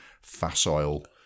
facile